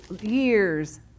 years